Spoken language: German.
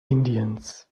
indiens